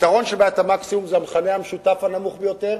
הפתרון של בעיית המקסימום זה המכנה המשותף הנמוך ביותר